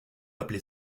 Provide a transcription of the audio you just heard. appeler